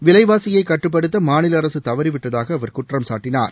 விலைவாசியை கட்டுப்படுத்த மாநில அரசு தவறிவிட்டதாக அவர் குற்றம்சாட்டினார்